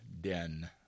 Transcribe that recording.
den